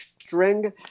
string